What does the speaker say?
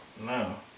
No